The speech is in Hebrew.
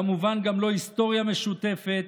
כמובן גם לא היסטוריה משותפת,